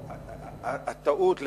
הטעות,